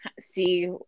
see